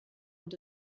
und